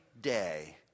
day